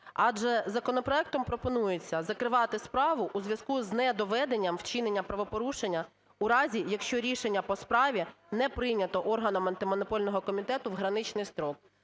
адже законопроектом пропонується закривати справу у зв'язку з недоведенням вчинення правопорушення у разі, якщо рішення по справі не прийнято органом Антимонопольного комітету в граничний строк.